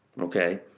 Okay